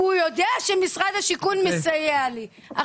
כי הוא יודע שמשרד השיכון מסייע לי.